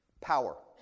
power